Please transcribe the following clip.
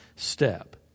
step